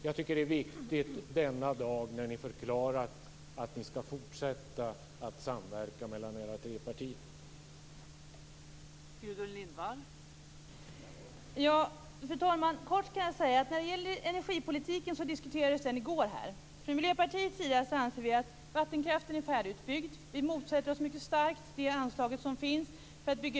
Jag tycker att det är viktigt denna dag, när ni förklarat att samverkan mellan era tre partier skall fortsätta.